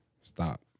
Stop